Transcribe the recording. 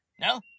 No